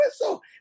whistle